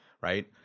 right